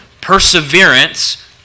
perseverance